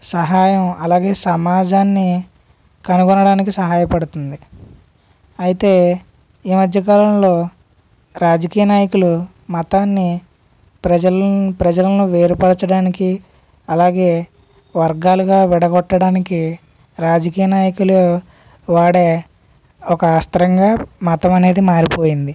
సహాయం అలాగే సమాజాన్ని కనుగొనడానికి సహాయపడుతుంది అయితే ఈ మధ్య కాలంలో రాజకీయ నాయకులు మతాన్ని ప్రజలను ప్రజలను వేరుపరచడానికి అలాగే వర్గాలుగా విడగొట్టడానికి రాజకీయ నాయకులు వాడే ఒక అస్త్రంగా మతం అనేది మారిపోయింది